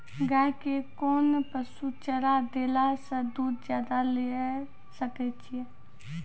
गाय के कोंन पसुचारा देला से दूध ज्यादा लिये सकय छियै?